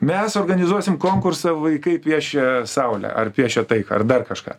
mes organizuosim konkursą vaikai piešia saulę ar piešia taiką ar dar kažką